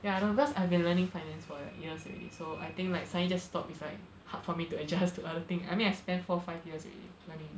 ya I know because I've been learning finance for years already so I think like suddenly just stopped it's like hard for me to adjust to other things I mean I spend four five years already learning